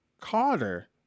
Carter